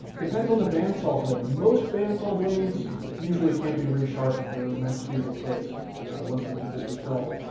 depends on the bandsaw blade. most bandsaw blades usually can't be resharpened. they're meant to be replaced once they're completely dull.